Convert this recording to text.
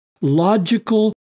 logical